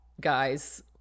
guys